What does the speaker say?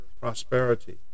prosperity